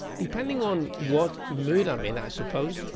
depending on what mood i'm in, i suppose,